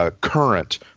current